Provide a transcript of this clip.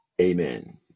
Amen